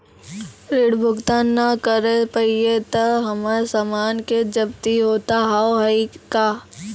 ऋण भुगतान ना करऽ पहिए तह हमर समान के जब्ती होता हाव हई का?